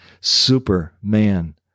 Superman